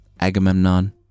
Agamemnon